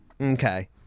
Okay